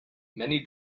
many